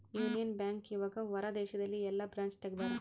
Union Bank ಇವಗ ಹೊರ ದೇಶದಲ್ಲಿ ಯೆಲ್ಲ ಬ್ರಾಂಚ್ ತೆಗ್ದಾರ